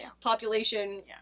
population